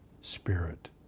spirit